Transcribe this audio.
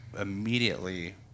immediately